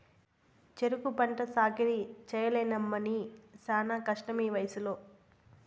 సెరుకు పంట సాకిరీ చెయ్యలేనమ్మన్నీ శానా కష్టమీవయసులో